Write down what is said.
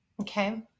Okay